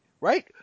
right